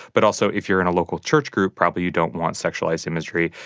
but also, if you're in a local church group, probably you don't want sexualized imagery.